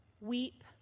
Weep